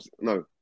no